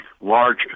large